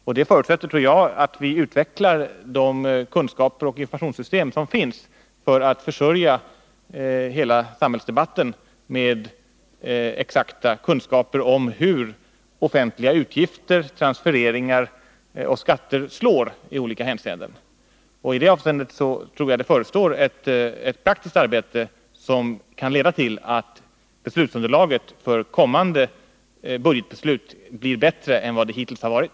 Och det förutsätter, tror jag, att vi utvecklar de kunskaper och ekvationssystem som finns för att försörja hela samhällsdebatten med exakta kunskaper om hur offentliga utgifter, transfereringar och skatter slår i olika hänseenden. I det avseendet tror jag det förestår ett praktiskt arbete som kan leda till att beslutsunderlaget för kommande budgetbeslut blir bättre än vad underlaget hittills har varit.